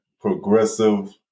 progressive